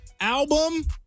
Album